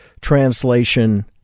translation